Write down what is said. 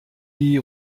die